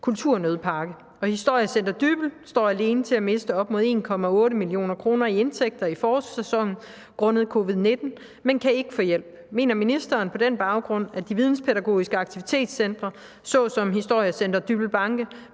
kulturnødpakke, og Historiecenter Dybbøl Banke står alene til at miste op mod 1,8 mio. kr. i indtægter i forårssæsonen grundet covid-19, men kan ikke få hjælp, mener ministeren på den baggrund, at videnspædagogiske aktivitetscentre såsom Historiecenter Dybbøl Banke